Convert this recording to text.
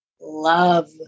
love